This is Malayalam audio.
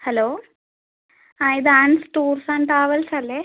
ഹലോ ആ ഇത് ആൻസ് ടൂർസ് ആൻഡ് ട്രാവൽസ് അല്ലേ